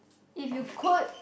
if you could